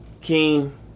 King